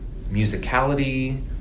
musicality